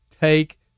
Take